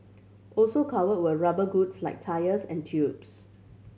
also cover were rubber goods like tyres and tubes